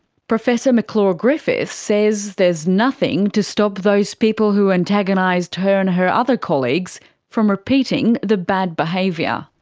professor mcclure-griffiths says there's nothing to stop those people who antagonised her and her other colleagues from repeating the bad behaviour.